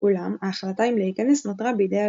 אולם ההחלטה אם להיכנס נותרה בידי הלקוח,